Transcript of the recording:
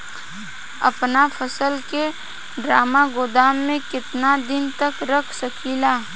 अपना फसल की ड्रामा गोदाम में कितना दिन तक रख सकीला?